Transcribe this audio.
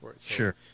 Sure